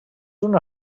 una